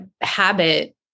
habit